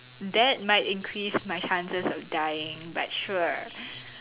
that might increase my chances of dying but sure